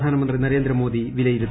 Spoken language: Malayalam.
പ്രധാനമന്ത്രി നരേന്ദ്രമോദി വിലയിരുത്തി